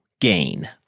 gain